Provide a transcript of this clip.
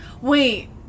Wait